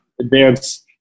advance